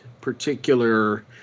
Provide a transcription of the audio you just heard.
particular